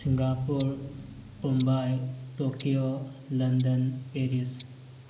Singapore Mumbai Tokyo London Paris